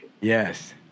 Yes